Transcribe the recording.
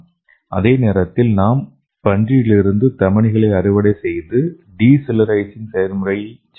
அதே நேரத்தில் நாம் பன்றியிலிருந்து தமனிகளை அறுவடை செய்து டி செல்லுலரைசிங் செயல்முறையைச் செய்யலாம்